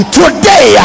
today